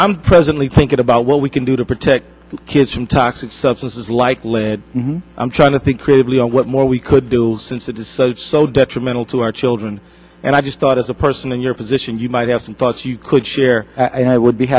i'm presently thinking about what we can do to protect kids from toxic substances like lead i'm trying to think creatively on what more we could do since it is such so detrimental to our children and i just thought as a person in your position you might have some thoughts you could share and i would be